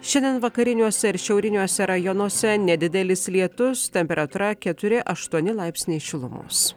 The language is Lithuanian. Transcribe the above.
šiandien vakariniuose ir šiauriniuose rajonuose nedidelis lietus temperatūra keturi aštuoni laipsniai šilumos